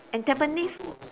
and tampines